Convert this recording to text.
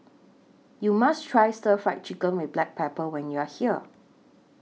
YOU must Try Stir Fried Chicken with Black Pepper when YOU Are here